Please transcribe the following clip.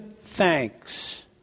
thanks